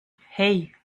hei